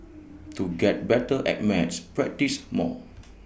to get better at maths practise more